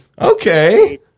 Okay